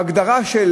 לפי ההגדרה,